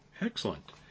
Excellent